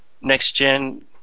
next-gen